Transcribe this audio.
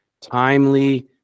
timely